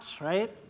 right